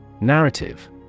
Narrative